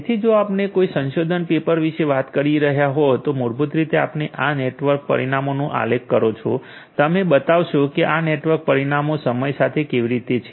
તેથી જો આપણે કોઈ સંશોધન પેપર વિશે વાત કરી રહ્યા હોવ તો મૂળભૂત રીતે આપણે આ નેટવર્ક પરિમાણોનું આલેખ કરો છો તમે બતાવશો કે આ નેટવર્ક પરિમાણો સમય સાથે કેવી રીતે છે